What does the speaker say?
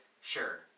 sure